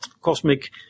cosmic